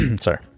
Sorry